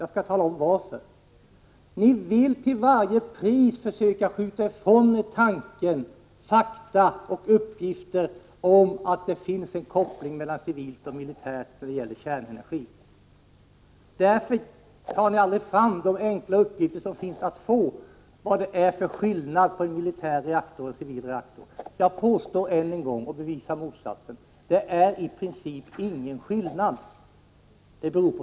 Jag skall tala om varför ni inte vill det: Ni försöker till varje pris skjuta från er såväl tanken som fakta och uppgifter om att det finns en koppling mellan civila och militära program då det gäller kärnenergin. Därför tar ni aldrig fram de enkla uppgifter som finns att tillgå om skillnaden mellan en militär och en civil reaktor. Jag påstår ännu en gång — bevisa motsatsen! — att det i princip inte finns någon skillnad mellan de båda programmen.